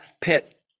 pit